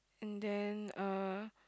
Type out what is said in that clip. and then uh